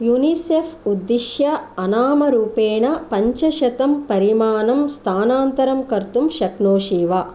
UNICEF उद्दिश्य अनामरूपेण पञ्चशतं परिमाणं स्थानान्तरं कर्तुं शक्नोषि वा